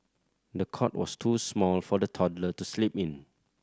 the cot was too small for the toddler to sleep in